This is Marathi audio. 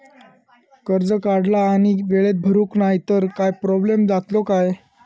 कर्ज काढला आणि वेळेत भरुक नाय तर काय प्रोब्लेम जातलो काय?